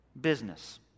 business